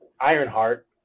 Ironheart